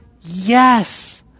yes